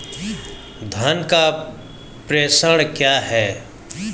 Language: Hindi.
धन का प्रेषण क्या है?